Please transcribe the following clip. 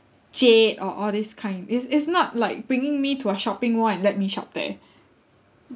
jade or all this kind it's it's not like bringing me to a shopping mall and let me shop there